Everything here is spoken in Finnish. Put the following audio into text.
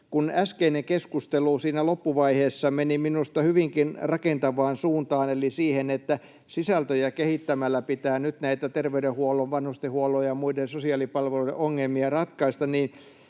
kun äskeinen keskustelu siinä loppuvaiheessa meni minusta hyvinkin rakentavaan suuntaan eli siihen, että sisältöjä kehittämällä pitää nyt näitä terveydenhuollon, vanhustenhuollon ja muiden sosiaalipalvelujen ongelmia ratkaista,